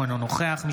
אינו נוכח אוריאל בוסו,